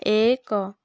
ଏକ